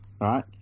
right